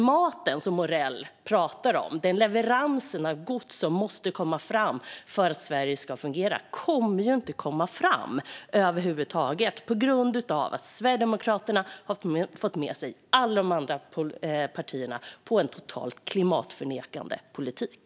Maten som Morell pratar om, leveransen av gods som måste komma fram för att Sverige ska fungera, kommer inte att komma fram över huvud taget på grund av att Sverigedemokraterna har fått med sig alla de andra partierna på en totalt klimatförnekande politik.